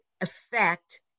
affect